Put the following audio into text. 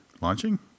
launching